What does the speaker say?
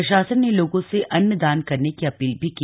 प्रशासन ने लोगों से अन्न दान करने की अपील भी की